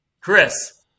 Chris